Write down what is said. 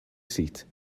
seat